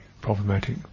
problematic